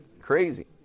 Crazy